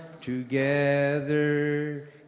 together